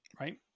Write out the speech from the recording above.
right